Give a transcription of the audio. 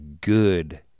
good